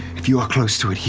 if you are close to it, he